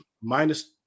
minus